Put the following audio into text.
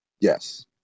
Yes